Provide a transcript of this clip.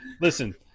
Listen